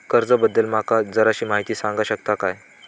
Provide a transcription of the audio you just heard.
कर्जा बद्दल माका जराशी माहिती सांगा शकता काय?